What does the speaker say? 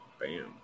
bam